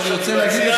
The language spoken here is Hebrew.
היושב-ראש,